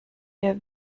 der